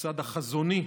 מהצד החזוני: